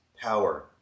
power